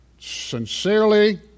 sincerely